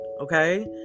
Okay